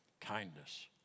Kindness